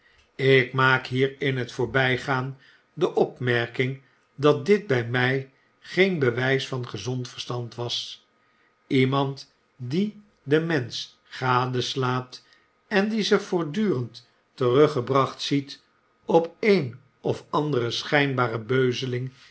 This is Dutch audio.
ik maak hier in t voorbijgaan de opmerking dat dit by my geen bewys van gezond verstand was lemand die de menschen gad eslaat en die zich voortdurend teruggebracht ziet op een of andere schynbare beuzeling